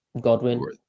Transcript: Godwin